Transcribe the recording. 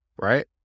right